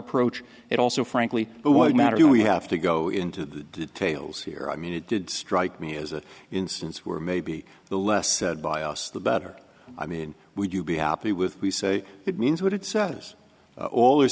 approach it also frankly it won't matter who we have to go into the details here i mean it did strike me as an instance were maybe the less said by us the better i mean would you be happy with we say it means what it says all